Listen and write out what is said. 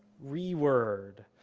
reword,